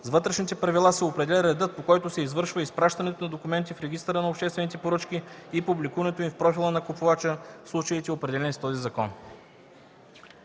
С вътрешните правила се определя редът, по който се извършва изпращането на документи в Регистъра на обществените поръчки и публикуването им в профила на купувача, в случаите, определени с този закон.”